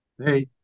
Hey